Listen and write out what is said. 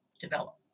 develop